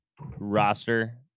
roster